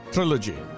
Trilogy